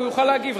הוא יוכל להגיב,